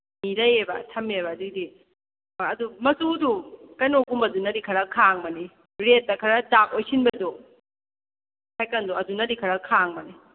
ꯃꯤ ꯂꯩꯌꯦꯕ ꯊꯝꯃꯦꯕ ꯑꯗꯨꯏꯗꯤ ꯑꯗꯨ ꯃꯆꯨꯗꯨ ꯀꯩꯅꯣꯒꯨꯝꯕꯅꯗꯤ ꯈꯔ ꯈꯥꯡꯕꯅꯤ ꯔꯦꯗꯇ ꯈꯔ ꯗꯥꯛ ꯑꯣꯏꯁꯤꯟꯕꯗꯨ ꯁꯥꯏꯀꯜꯗꯨ ꯑꯗꯨꯅꯗꯤ ꯈꯔ ꯈꯥꯡꯕꯅꯤ